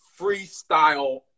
freestyle